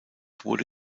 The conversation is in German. wurde